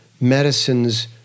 medicine's